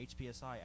HPSI